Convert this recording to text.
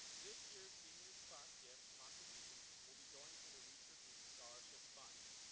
this year's seniors' class gift contributions will be going to the reach your peak scholarship fund.